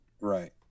Right